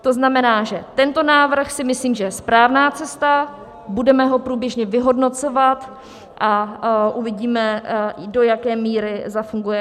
To znamená, že tento návrh, myslím si, je správná cesta, budeme ho průběžně vyhodnocovat a uvidíme, do jaké míry zafunguje.